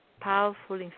powerful